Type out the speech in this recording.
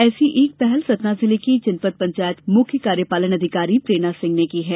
ऐसी एक पहल सतना जिले की जनपद पंचायत की मुख्य कार्यपालन अधिकारी प्रेरणा सिंह ने की है